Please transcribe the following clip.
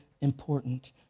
important